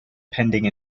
pending